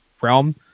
realm